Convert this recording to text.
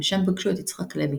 ושם פגשו את יצחק לוי,